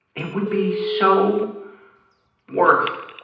it would be so worth